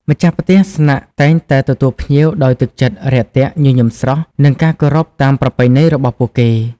ម្ចាស់ផ្ទះស្នាក់តែងតែទទួលភ្ញៀវដោយទឹកចិត្ត រាក់ទាក់ ញញឹមស្រស់ និងការគោរពតាមប្រពៃណីរបស់ពួកគេ។